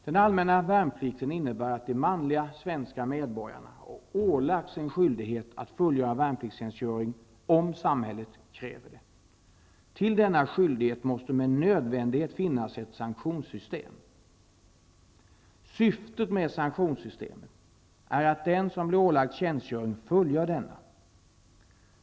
Den allmänna värnplikten innebär att de manliga svenska medborgarna har ålagts en skyldighet att fullgöra värnpliktstjänstgöring om samhället kräver det. Till denna skyldighet måste med nödvändighet finnas ett sanktionssystem. Syftet med sanktionssystemet är att den som blir ålagd tjänstgöring fullgör denna.